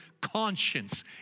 conscience